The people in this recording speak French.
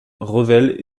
revel